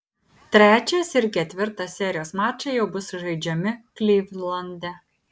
trečias ir ketvirtas serijos mačai jau bus žaidžiami klivlande